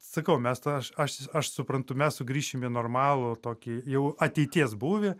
sakau mes tą aš aš aš suprantu mes sugrįšim į normalų tokį jau ateities būvį